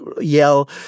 yell